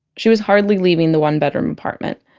she was hardly leaving the one bedroom apartment.